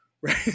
right